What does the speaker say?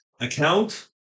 account